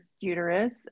uterus